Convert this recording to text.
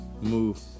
move